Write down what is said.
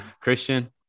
Christian